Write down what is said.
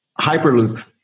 hyperloop